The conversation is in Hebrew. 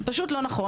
אז זה פשוט לא נכון.